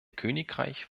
königreich